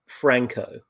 Franco